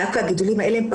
דווקא הגידולים האלה,